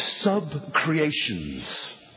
sub-creations